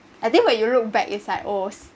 I think when you look back it’s like oh